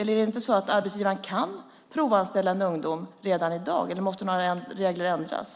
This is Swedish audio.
Är det inte så att arbetsgivaren kan provanställa en ungdom redan i dag? Eller måste några regler ändras?